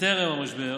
טרם המשבר,